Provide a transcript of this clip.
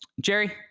jerry